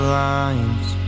lines